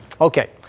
Okay